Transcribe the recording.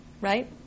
right